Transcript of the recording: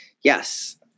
Yes